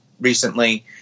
recently